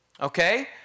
Okay